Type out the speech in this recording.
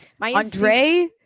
Andre